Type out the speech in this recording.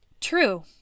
True